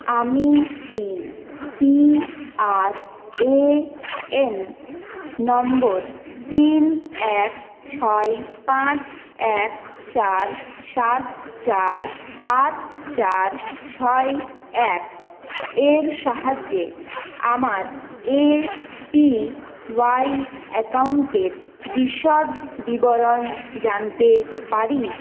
আমি কি P R A N নম্বর তিন এক ছয় পাঁচ এক চার সাত চার আট চার ছয় এক এর সাহায্যে আমার এ পি ওয়াই অ্যাকাউন্টের বিশদ বিবরণ জানতে পারি